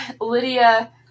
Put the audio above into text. Lydia